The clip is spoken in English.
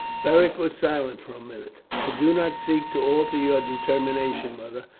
beric was silent for a minute. i do not seek to alter your determination, mother,